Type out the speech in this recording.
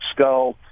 skull